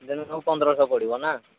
ଯେନ ସବୁ ପନ୍ଦରଶହ ପଡ଼ିବ ନା